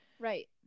right